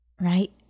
right